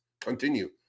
continue